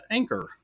Anchor